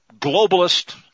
globalist